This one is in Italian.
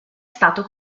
stato